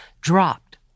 dropped